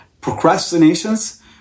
Procrastinations